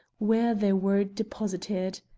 where they were deposited.